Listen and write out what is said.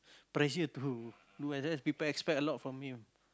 pressure to that's why people expect a lot from him